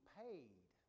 paid